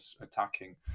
attacking